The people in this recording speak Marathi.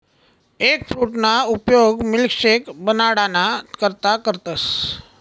एगफ्रूटना उपयोग मिल्कशेक बनाडाना करता करतस